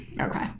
okay